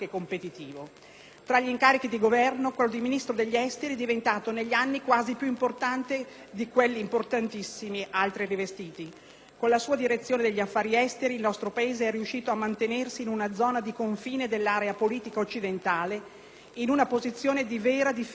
Tra gli incarichi di governo, quello di Ministro degli esteri è diventato negli anni quasi più importante di tutti gli altri, importantissimi, rivestiti. Con la sua direzione degli affari esteri il nostro Paese è riuscito a mantenersi in una zona di confine dell'area politica occidentale, in una posizione di vera difesa della pace.